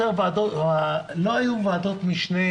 לא היו ועדות משנה